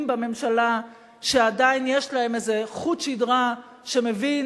בממשלה שעדיין יש להם איזה חוט שדרה שמבין,